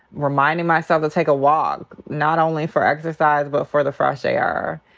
reminding myself to take a walk not only for exercise but for the fresh air.